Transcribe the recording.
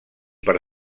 per